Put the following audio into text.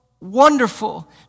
wonderful